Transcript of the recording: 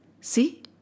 See